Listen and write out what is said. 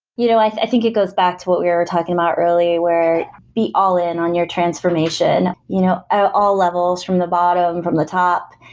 you know i think it goes back to what we are talking about really, where be all in on your transformation. you know ah all levels, from the bottom, from the top,